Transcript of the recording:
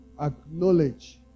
acknowledge